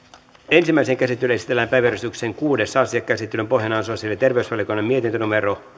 ensimmäiseen käsittelyyn esitellään päiväjärjestyksen kuudes asia käsittelyn pohjana on sosiaali ja terveysvaliokunnan mietintö